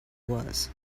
was